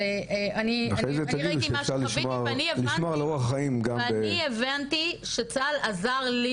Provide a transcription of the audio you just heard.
אני ראיתי מה שחוויתי ואני הבנתי שצה"ל עזר לי